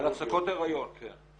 על הפסקות הריון, כן.